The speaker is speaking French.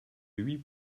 huit